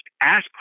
ask